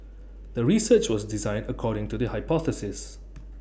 the research was designed according to the hypothesis